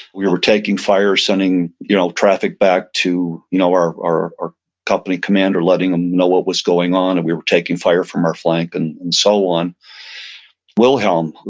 we were taking fire, sending you know traffic back to you know our our company commander, letting him know what was going on. and we were taking fire from our flank and so on wilhem,